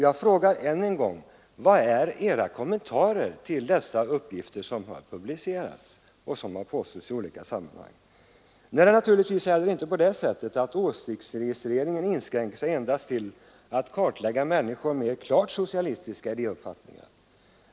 Jag frågar än en gång: Vilka är era kommentarer till de uppgifter som har publicerats i olika sammanhang? Det är inte heller så att åsiktsregistreringen inskränker sig endast till att kartlägga människor med klart socialistiska idéuppfattningar.